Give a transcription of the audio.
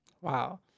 Wow